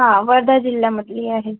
हां वर्धा जिल्ह्यामधली आहे